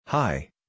Hi